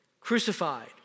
crucified